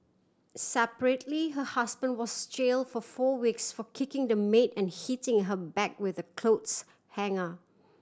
separately her husband was jail for four weeks for kicking the maid and hitting her back with a clothes hanger